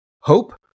hope